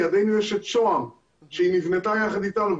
לידנו יש את שוהם שהיא נבנתה יחד איתנו,